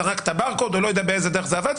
סרק את הבר קוד או לא יודע באיזה דרך אחרת זה עבד,